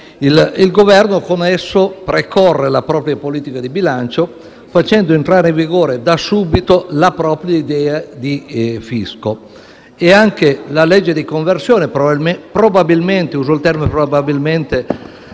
Il Governo con esso precorre la propria politica di bilancio facendo entrare in vigore da subito la propria idea di fisco. E anche la legge di conversione, probabilmente - uso il termine «probabilmente»